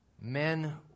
men